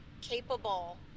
capable